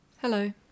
Hello